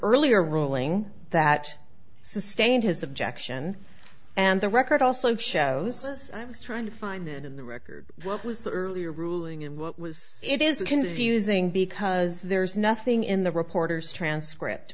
earlier ruling that sustained his objection and the record also shows i was trying to find it in the record what was the earlier ruling and what was it is confusing because there's nothing in the reporter's transcript